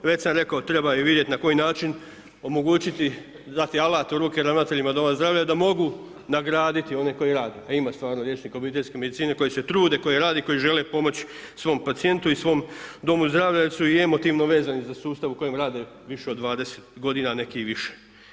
Već sam rekao, treba i vidjeti na koji način omogućiti, dati alat u ruke ravnateljima domova zdravlja da mogu nagraditi one koji rade, a ima stvarno liječnika obiteljske medicine koji se trud, koji rade, koji žele pomoć svom pacijentu i svom domu zdravlja jer su i emotivno vezani za sustav u kojem rade više od 20 g. a neki i više.